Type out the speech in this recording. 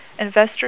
Investors